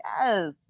yes